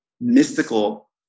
mystical